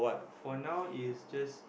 for now is just